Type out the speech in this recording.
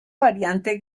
variante